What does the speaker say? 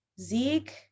Zeke